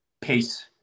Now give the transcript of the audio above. Peace